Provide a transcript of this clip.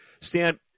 Stan